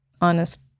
honest